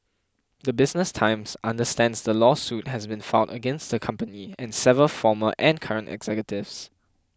the Business Times understands the lawsuit has been filed against the company and seven former and current executives